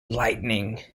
lightning